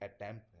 attempt